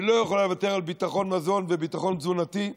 היא לא יכולה לוותר על ביטחון מזון וביטחון תזונתי.